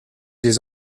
des